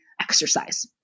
exercise